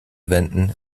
wenden